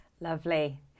Lovely